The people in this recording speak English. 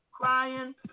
crying